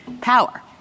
power